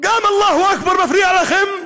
גם "אללה אכבר" מפריע לכם?